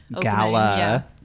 Gala